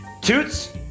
Toots